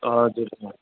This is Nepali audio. हजुर